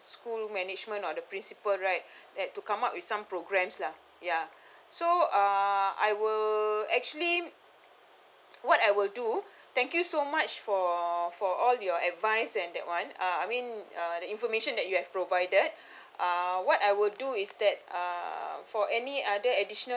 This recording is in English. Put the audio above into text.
school management or the principal right that to come up with some programs lah ya so uh I will actually what I will do thank you so much for for all your advice and that one uh I mean uh the information that you have provided uh what I would do is that uh for any other additional